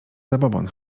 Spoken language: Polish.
zabobon